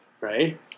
Right